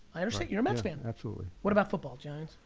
i understand you're a mets fan. absolutely. what about football? giants?